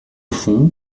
fond